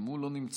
גם הוא לא נמצא.